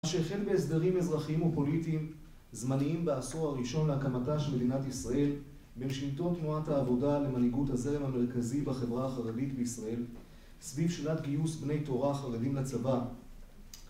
שכן בהסדרים אזרחיים ופוליטיים, זמניים בעשור הראשון להקמתה של מדינת ישראל במשנתו תנועת העבודה למנהיגות הזרם המרכזי בחברה החרדית בישראל סביב שנת גיוס בני תורה חרדים לצבא